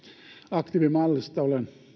aktiivimallista olen